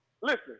listen